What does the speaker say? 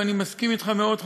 ואני מסכים אתך מאוד,